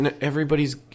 everybody's